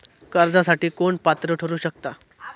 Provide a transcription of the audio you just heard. कर्जासाठी कोण पात्र ठरु शकता?